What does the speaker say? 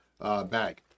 bag